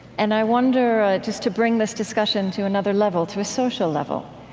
and i wonder, just to bring this discussion to another level, to a social level,